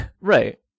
Right